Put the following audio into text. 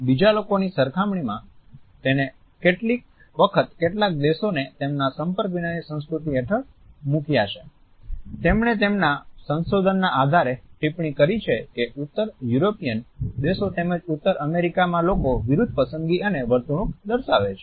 બીજા લોકોની સરખામણીમાં તેને કેટલાક દેશોને તેમના સંપર્ક વિનાની સંસ્કૃતિ હેઠળ મૂક્યા છે તેમણે તેમના સંશોધનના આધારે ટિપ્પણી કરી છે કે ઉત્તર યુરોપિયન દેશો તેમજ ઉત્તરી અમેરિકામાં લોકો વિરુદ્ધ પસંદગી અને વર્તણૂક દર્શાવે છે